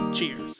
Cheers